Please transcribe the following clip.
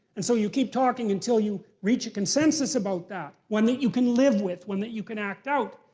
and so you keep talking until you reach a consensus about that, one that you can live with, one that you can act out.